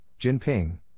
Jinping